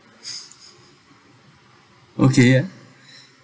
okay ya